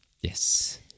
Yes